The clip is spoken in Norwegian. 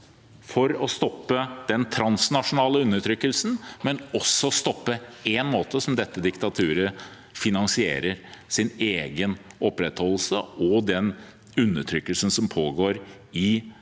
for å stoppe den transnasjonale undertrykkelsen, stoppe den ene måten dette diktaturet finansierer sin egen opprettholdelse på, og den undertrykkelsen som pågår i